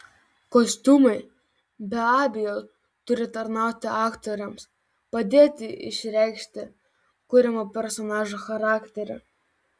kostiumai be abejo turi tarnauti aktoriams padėti išreikšti kuriamo personažo charakterį